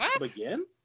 Again